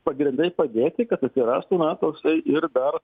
pagrindai padėti kad atsirastų na toksai ir dar